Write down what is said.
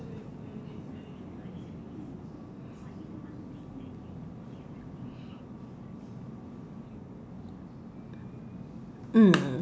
mm